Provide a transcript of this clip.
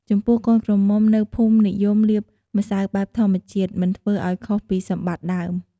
ចំពោះកូនក្រមុំនៅភូមិនិយមលាបម្សៅបែបធម្មជាតិ មិនធ្វើឲ្យខុសពីសម្បត្តិដើម។